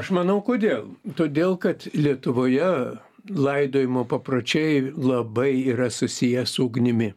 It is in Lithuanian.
aš manau kodėl todėl kad lietuvoje laidojimo papročiai labai yra susiję su ugnimi